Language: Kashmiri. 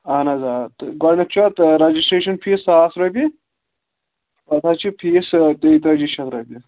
اَہَن حظ آ تہٕ گۄڈنٮ۪تھ چھُ اَتھ رجِسٹرٛیشَن فیٖس ساس رۄپیہِ پَتہٕ حظ چھِ فیٖس تیتٲجی شَتھ رۄپیہِ